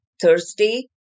Thursday